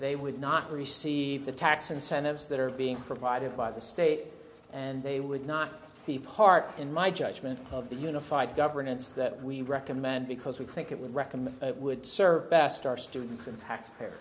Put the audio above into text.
they would not receive the tax incentives that are being provided by the state and they would not be part in my judgment of the unified governance that we recommend because we think it would recommend would serve best our students